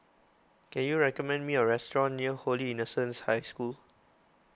can you recommend me a restaurant near Holy Innocents' High School